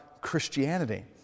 Christianity